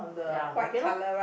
ya okay lor